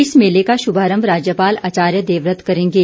इस मेले का शुभारम्भ राज्यपाल आचार्य देवव्रत करेंगे